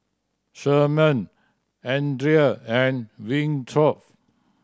Sherman Andria and Winthrop